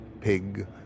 pig